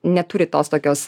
neturi tos tokios